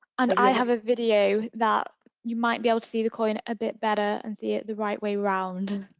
and i have a video that you might be able to see the coin a bit better and see it the right way round.